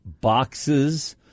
boxes